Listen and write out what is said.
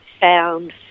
Found